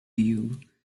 you